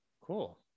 cool